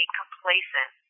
complacent